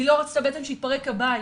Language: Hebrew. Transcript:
והיא לא רצתה שיתפרק הבית.